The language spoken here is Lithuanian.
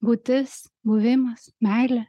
būtis buvimas meilė